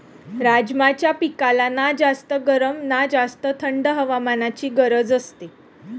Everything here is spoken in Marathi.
राजमाच्या पिकाला ना जास्त गरम ना जास्त थंड हवामानाची गरज असते